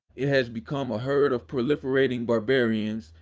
it has become a herd of proliferating barbarians,